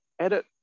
edit